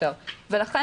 ולכן